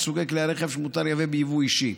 סוגי כלי הרכב שמותר לייבא ביבוא אישי.